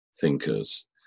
thinkers